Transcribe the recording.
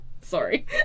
Sorry